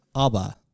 Abba